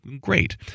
great